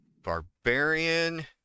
barbarian